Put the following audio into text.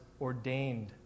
ordained